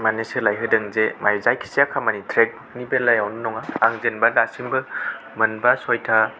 माने सोलायहोदों जे जायखिया खामानि ट्रेकनि बेलायावल' नङा आं जेनबा दासिमबो मोनबा सयथा